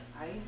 ice